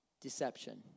Deception